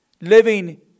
living